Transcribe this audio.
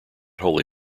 wholly